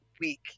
week